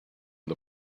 the